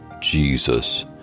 Jesus